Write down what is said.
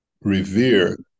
revere